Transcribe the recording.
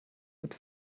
mit